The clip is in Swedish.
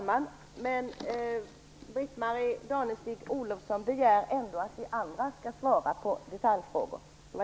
Fru talman! Britt-Marie Danestig-Olofsson begär ändå att vi andra skall svara på detaljfrågor.